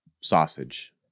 sausage